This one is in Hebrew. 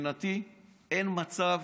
מבחינתי אין מצב